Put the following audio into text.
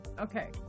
okay